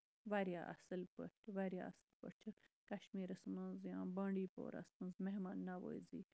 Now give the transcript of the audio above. واریاہ اَصٕل پٲٹھۍ واریاہ اَصٕل پٲٹھۍ چھُ کَشمیٖرَس منٛز یِوان بانڈی پوراہَس منٛز مہمان نَوٲزی